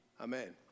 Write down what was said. Amen